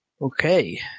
Okay